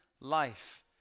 life